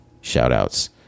shout-outs